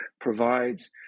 provides